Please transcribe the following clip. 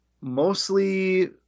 mostly